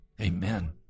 Amen